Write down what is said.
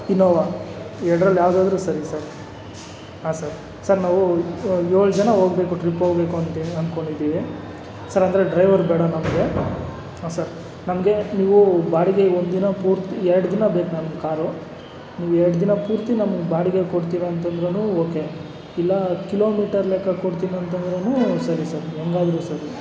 Innova ಇವೆರಡ್ರಲ್ಲಿ ಯಾವ್ದಾದ್ರೂ ಸರಿ ಸರ್ ಹಾಂ ಸರ್ ಸರ್ ನಾವು ಏಳು ಜನ ಹೋಗಬೇಕು ಟ್ರಿಪ್ ಹೋಗಬೇಕು ಅಂಥೇಳಿ ಅನ್ಕೊಂಡಿದ್ದೀವಿ ಸರ್ ಅಂದರೆ ಡ್ರೈವರ್ ಬೇಡ ನಮಗೆ ಹಾಂ ಸರ್ ನಮಗೆ ನೀವು ಬಾಡಿಗೆ ಒಂದಿನ ಪೂರ್ತಿ ಎರಡು ದಿನ ಬೇಕು ನಮಗೆ ಕಾರು ನೀವು ಎರಡು ದಿನ ಪೂರ್ತಿ ನಮಗೆ ಬಾಡಿಗೆಗೆ ಕೊಡ್ತೀರಾ ಅಂತಂದ್ರೂ ಓಕೆ ಇಲ್ಲ ಕಿಲೋಮೀಟರ್ ಲೆಕ್ಕ ಕೊಡ್ತೀರಾ ಅಂತಂದ್ರೂ ಸರಿ ಸರ್ ಹೇಗಾದ್ರು ಸರಿ